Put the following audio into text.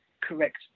correct